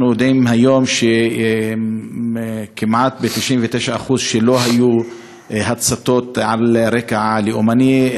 אנחנו יודעים היום שכמעט ב-99% לא היו הצתות על רקע לאומני.